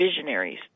visionaries